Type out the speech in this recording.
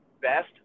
Best